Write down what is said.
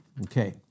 Okay